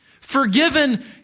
Forgiven